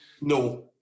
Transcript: No